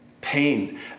Pain